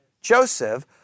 Joseph